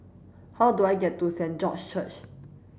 how do I get to Saint George's Church